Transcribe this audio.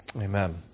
Amen